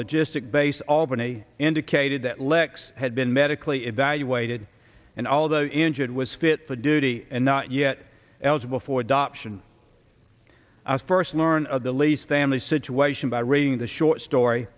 logistic base albany indicated that lex had been medically evaluated and although injured was fit for duty and not yet eligible for adoption i first learned of the least family situation by reading the short story